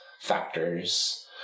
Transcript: factors